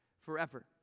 forever